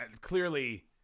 clearly